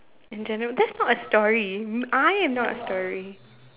in general that's not a story I am not a story